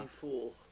fool